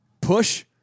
push